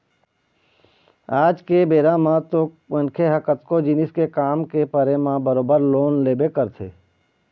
आज के बेरा म तो मनखे ह कतको जिनिस के काम के परे म बरोबर लोन लेबे करथे